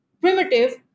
primitive